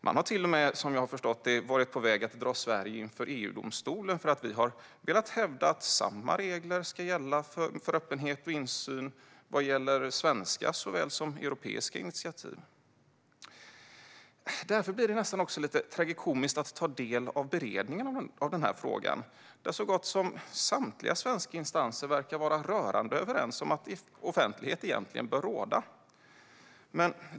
Man har till och med, som jag har förstått det, varit på väg att dra Sverige inför EU-domstolen för att vi har velat hävda att samma regler för öppenhet och insyn ska gälla för såväl svenska som europeiska initiativ. Därför blir det nästan lite tragikomiskt att ta del av beredningen av denna fråga, där så gott som samtliga svenska instanser verkar vara rörande överens om att offentlighet bör råda.